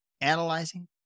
analyzing